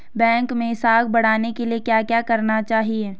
Bank मैं साख बढ़ाने के लिए क्या क्या करना चाहिए?